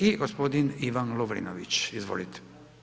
I gospodin Ivan Lovrinović, izvolite.